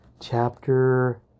chapter